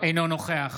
אינו נוכח